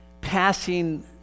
passing